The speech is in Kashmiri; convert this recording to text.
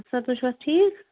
سَر تُہۍ چھِو حظ ٹھیٖک